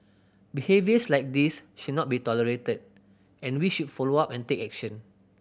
behaviours like this should not be tolerated and we should follow up and take action